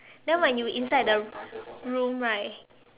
then when you inside the room right